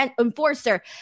enforcer